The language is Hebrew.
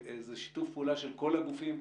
וזה שיתוף פעולה של כל הגופים,